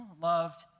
loved